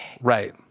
Right